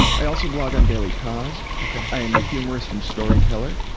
i also blog on daily kos. okay. i am a humorist and storyteller.